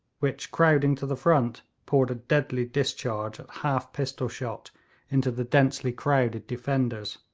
which, crowding to the front, poured a deadly discharge at half pistol-shot into the densely crowded defenders.